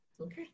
Okay